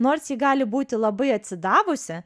nors ji gali būti labai atsidavusi